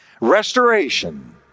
Restoration